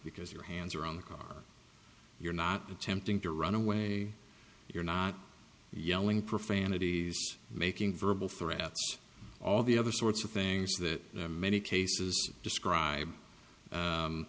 because your hands are on the car you're not attempting to run away you're not yelling profanities making verbal threats all the other sorts of things that many cases describe